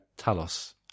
Talos